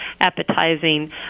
appetizing